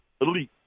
elite